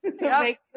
make